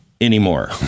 anymore